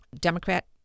Democrat